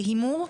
כהימור?